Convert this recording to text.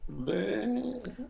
אין להם תחרות,